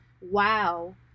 wow